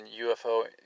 UFO